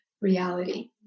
reality